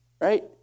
right